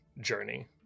journey